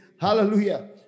Hallelujah